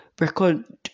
record